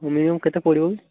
minimum କେତେ ପଡ଼ିବ